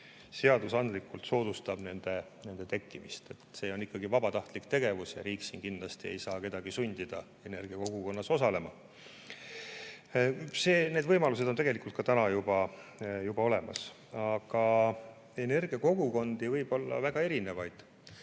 seadusandlikult soodustab nende tekkimist. See on ikkagi vabatahtlik tegevus ja riik kindlasti ei saa kedagi sundida energiakogukonnas osalema. Need võimalused on tegelikult ka täna juba olemas. Energiakogukondi võib olla väga erinevaid.